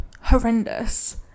horrendous